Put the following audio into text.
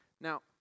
Now